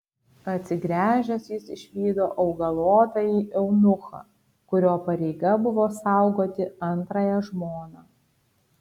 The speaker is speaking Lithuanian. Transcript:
atsigręžęs jis išvydo augalotąjį eunuchą kurio pareiga buvo saugoti antrąją žmoną